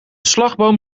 slagboom